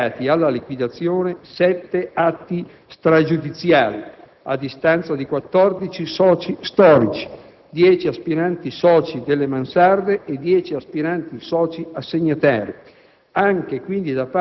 vennero notificati alla liquidazione sette atti stragiudiziali (ad istanza di 14 soci storici, 10 aspiranti soci delle mansarde e 10 aspiranti soci assegnatari,